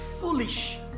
foolish